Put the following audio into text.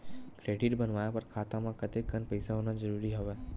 Credit बनवाय बर खाता म कतेकन पईसा होना जरूरी हवय?